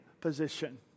position